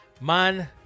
Man